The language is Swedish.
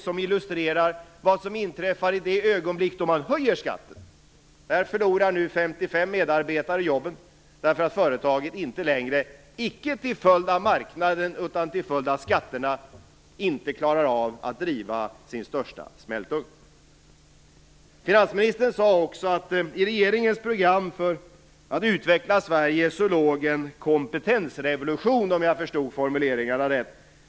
Det illustrerar vad som inträffar i det ögonblick då man höjer skatten. Där förlorar nu 55 medarbetare jobben därför att företaget inte längre, icke till följd av marknaden utan till följd av skatterna, inte klarar av att driva sin största smältugn. Finansministern sade också att i regeringens program för att utveckla Sverige låg en kompetensrevolution om jag förstod formuleringarna rätt.